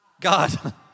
God